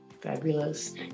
Fabulous